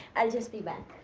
i'll just be back.